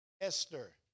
Esther